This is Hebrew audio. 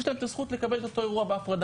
יש להם את הזכות לקבל את אותו אירוע בהפרדה?